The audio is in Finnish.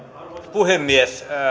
puhemies